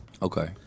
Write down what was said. Okay